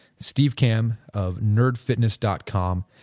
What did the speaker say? steve kamb of nerdfitness dot com.